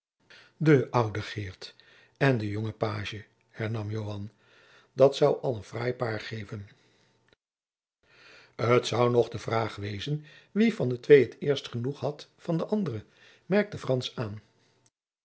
de oude geert en de jonge pagie hernam joan dat zoû al een fraai paar geven t zou nog de vroâg wezen wie van de twee t eerst genoeg had van de andere merkte frans aan